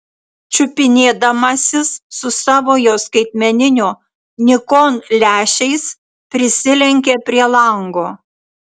čiupinėdamasis su savojo skaitmeninio nikon lęšiais prisilenkė prie lango